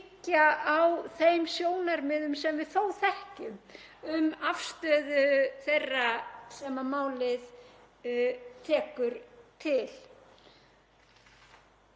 á þeim sjónarmiðum sem við þó þekkjum um afstöðu þeirra sem málið tekur til.